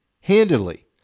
handily